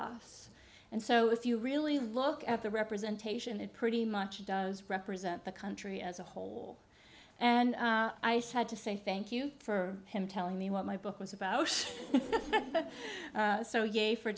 us and so if you really look at the representation it pretty much does represent the country as a whole and i said to say thank you for him telling me what my book was about